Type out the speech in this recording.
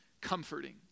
comforting